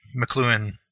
McLuhan